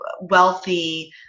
wealthy